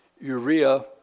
urea